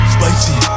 Spicy